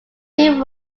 two